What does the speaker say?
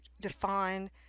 define